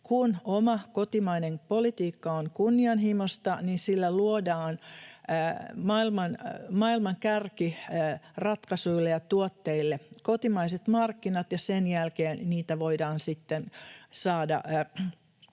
kun oma kotimainen politiikka on kunnianhimoista, niin sillä luodaan maailman kärkiratkaisuille ja -tuotteille kotimaiset markkinat ja sen jälkeen niitä voidaan sitten saada